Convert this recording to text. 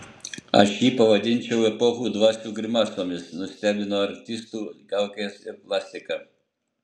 aš jį pavadinčiau epochų dvasių grimasomis nustebino artistų kaukės ir plastika